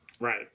right